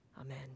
Amen